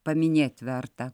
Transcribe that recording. paminėt verta